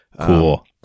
cool